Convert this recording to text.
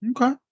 Okay